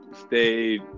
stay